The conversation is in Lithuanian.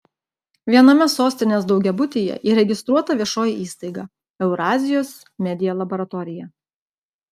viename sostinės daugiabutyje įregistruota viešoji įstaiga eurazijos media laboratorija